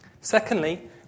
Secondly